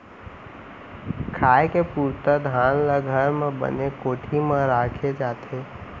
खाए के पुरता धान ल घर म बने कोठी म राखे जाथे